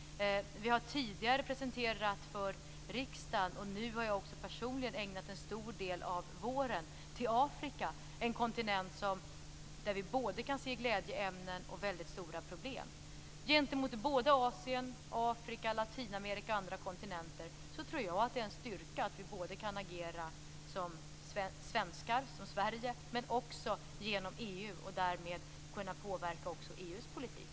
Tidigare har vi haft en presentation i riksdagen, och personligen har jag ägnat en stor del av våren åt Afrika, en kontinent där vi kan se både glädjeämnen och väldigt stora problem. Gentemot Asien, Afrika, Latinamerika och andra kontinenter är det, tror jag, en styrka att vi kan agera både som svenskar, som Sverige, och genom EU för att därmed kunna påverka också EU:s politik.